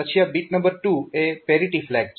પછી આ bit number 2 એ પેરીટી ફ્લેગ છે